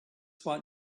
what